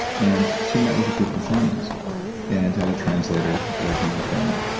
and she met with a group of shamans and had a translator working with them.